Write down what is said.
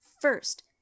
First